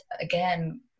again